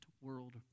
world